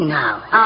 now